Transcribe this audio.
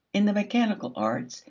in the mechanical arts,